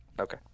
Okay